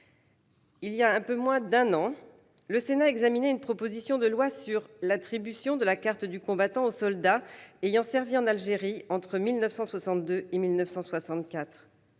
Voilà un peu moins d'un an, le Sénat examinait une proposition de loi relative à l'attribution de la carte du combattant aux soldats ayant servi en Algérie entre 1962 et 1964.